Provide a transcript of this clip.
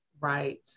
right